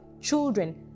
children